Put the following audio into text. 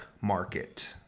market